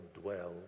dwell